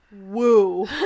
woo